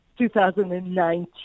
2019